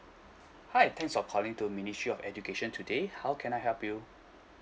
hi thanks for calling to ministry of education today how can I help you